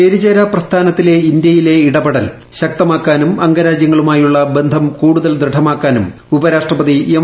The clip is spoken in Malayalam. ചേരിചേരാ പ്രസ്ഥാനത്തിലെ ഇന്തൃയിലെ ഇടപെടൽ ശക്തമാക്കാനും അംഗരാജ്യങ്ങളുമായുള്ള ബന്ധം കൂടുതൽ ദൃഢമാക്കാനും ഉപരാഷ്ട്രപതി എം